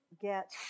get